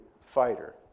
fighter